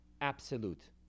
absolute